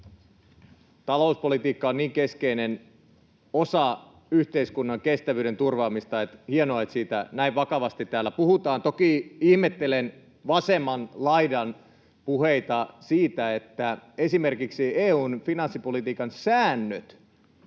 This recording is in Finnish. Talouspolitiikka on niin keskeinen osa yhteiskunnan kestävyyden turvaamista, että on hienoa, että siitä näin vakavasti täällä puhutaan. Toki ihmettelen vasemman laidan puheita siitä, että esimerkiksi EU:n finanssipolitiikan säännöt,